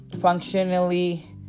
functionally